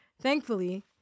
Thankfully